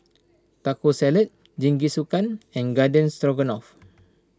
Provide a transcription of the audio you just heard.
Taco Salad Jingisukan and Garden Stroganoff